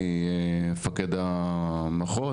ממפקד המחוז,